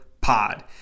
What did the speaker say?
pod